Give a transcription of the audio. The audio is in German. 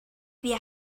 wir